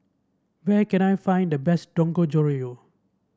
where can I find the best Dangojiru